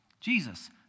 Jesus